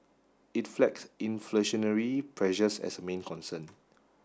it flagged inflationary pressures as a main concern